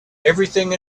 everything